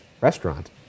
Restaurant